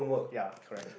ya correct